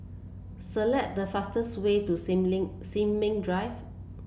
select the fastest way to Sin Ming Ling Sin Ming Drive